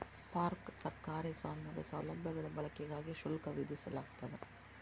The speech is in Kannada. ಪಾರ್ಕ್ ಸರ್ಕಾರಿ ಸ್ವಾಮ್ಯದ ಸೌಲಭ್ಯಗಳ ಬಳಕೆಗಾಗಿ ಶುಲ್ಕ ವಿಧಿಸಲಾಗ್ತದ